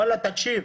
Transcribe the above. וואלה, תקשיב.